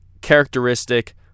characteristic